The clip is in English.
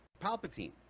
Palpatine